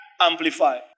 Amplify